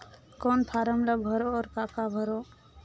कौन फारम ला भरो और काका भरो?